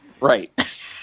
Right